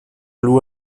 lou